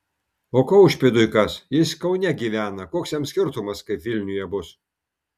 o kaušpėdui kas jis kaune gyvena koks jam skirtumas kaip vilniuje bus